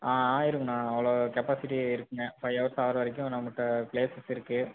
ஆ ஆயிடுங்கண்ணா அவ்வளோ கெபாசிட்டி இருக்குதுங்க ஃபைவ் ஹவர்ஸ் ஆகிற வரைக்கும் நம்மள்ட்ட பிளேஸஸ் இருக்குது